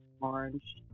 orange